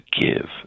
give